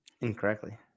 incorrectly